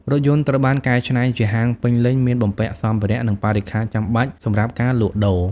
រថយន្តត្រូវបានកែច្នៃជាហាងពេញលេញ មានបំពាក់សម្ភារៈ និងបរិក្ខារចាំបាច់សម្រាប់ការលក់ដូរ។